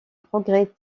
progrès